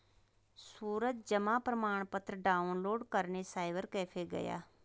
सूरज जमा प्रमाण पत्र डाउनलोड करने साइबर कैफे गया